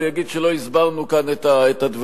הוא יגיד שלא הסברנו כאן את הדברים.